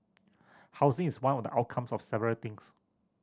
housing is one of the outcomes of several things